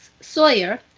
Sawyer